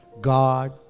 God